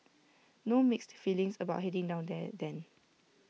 no mixed feelings about heading down there then